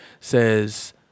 says